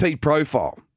profile